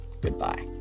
goodbye